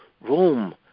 Rome